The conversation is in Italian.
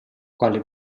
quale